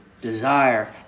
desire